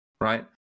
right